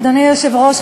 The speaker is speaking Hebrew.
אדוני היושב-ראש,